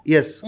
Yes